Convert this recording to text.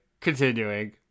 continuing